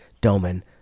Doman